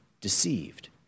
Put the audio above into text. deceived